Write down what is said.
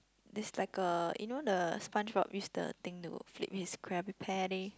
is like a you know the SpongeBob use the thing to flip his Krabby-Patty